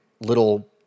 little